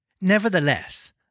Nevertheless